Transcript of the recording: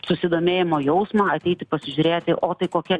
susidomėjimo jausmą ateiti pasižiūrėti o tai kokia